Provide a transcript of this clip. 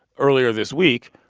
earlier this week,